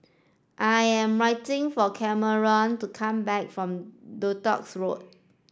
I am waiting for Cameron to come back from Duxton Road